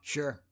Sure